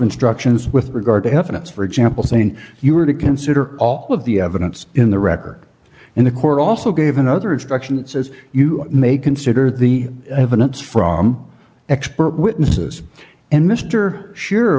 instructions with regard to evidence for example saying you were to consider all of the evidence in the record in the court also gave another instruction that says you may consider the evidence from expert witnesses and mr s